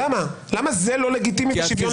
למה זה לא לגיטימי ושוויון לגיטימי?